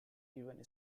even